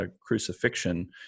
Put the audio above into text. crucifixion